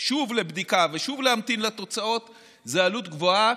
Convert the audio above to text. ושוב לבדיקה ושוב להמתין לתוצאות זו עלות גבוהה,